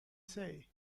say